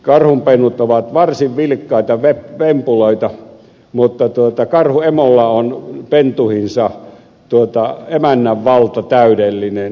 karhunpennut ovat varsin vilkkaita vempuloita mutta karhuemolla on pentuihinsa emännän valta täydellinen